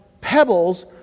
pebbles